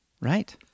right